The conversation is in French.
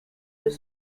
deux